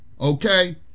okay